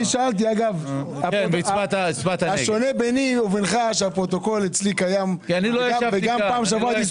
הסיבה היחידה שהחלפנו את הנוסח הייתה כדי לא